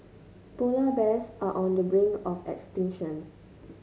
polar bears are on the brink of extinction